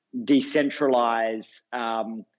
decentralize